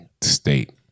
state